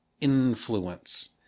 influence